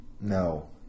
no